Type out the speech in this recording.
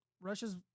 Russia's